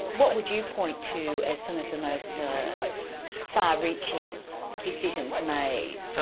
what would you point to as some of the most far-reaching decisions made?